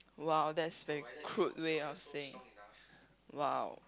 !wow! that's very crude way of saying !wow!